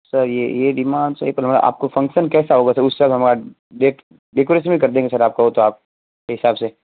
sir ये ये demand इतना बड़ा आपको फंक्शन कैसा होगा सर उसके बाद हमारा डेट डेकोरेशन भी कर देंगे सर आपका हो तो आपके हिसाब से